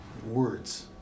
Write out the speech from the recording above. Words